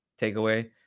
takeaway